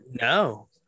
No